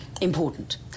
important